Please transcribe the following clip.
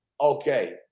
okay